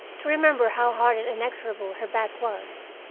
to remember how hard and inexorable her back was.